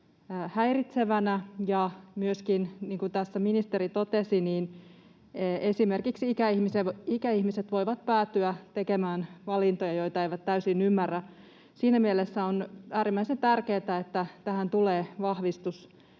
häiritsevänä, ja myöskin, niin kuin tässä ministeri totesi, esimerkiksi ikäihmiset voivat päätyä tekemään valintoja, joita eivät täysin ymmärrä. Siinä mielessä on äärimmäisen tärkeätä, että tähän tulee